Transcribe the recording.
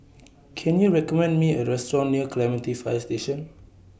Can YOU recommend Me A Restaurant near Clementi Fire Station